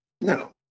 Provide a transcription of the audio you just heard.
No